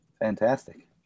Fantastic